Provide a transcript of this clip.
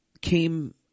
came